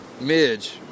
midge